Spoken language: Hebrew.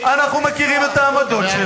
אנחנו מכירים את העמדות שלה,